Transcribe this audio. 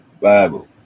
bible